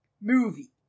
movie